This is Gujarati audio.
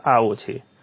ખ્યાલ આવો છે